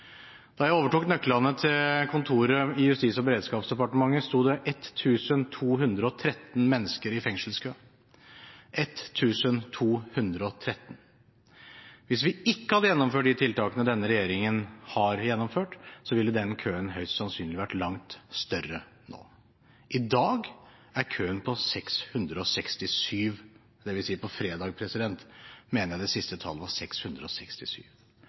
Da jeg overtok nøklene til kontoret i Justis- og beredskapsdepartementet, sto det 1 213 mennesker i fengselskø. Hvis vi ikke hadde gjennomført de tiltakene denne regjeringen har gjennomført, ville den køen høyst sannsynlig vært langt lengre nå. I dag er køen på 667, dvs. på fredag mener jeg det siste tallet var 667.